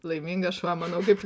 laimingas šuo manau kaip